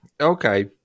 Okay